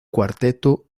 cuarteto